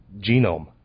genome